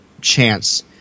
chance